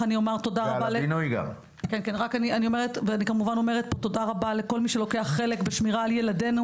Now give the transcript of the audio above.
תודה רבה על כל מי שלוקח חלק בשמירה על ילדינו.